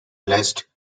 blessed